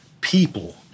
people